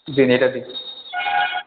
দিন এটা দিন